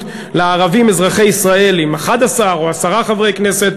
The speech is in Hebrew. לערבים אזרחי ישראל עם 11 או עשרה חברי כנסת,